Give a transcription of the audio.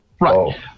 Right